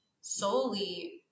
solely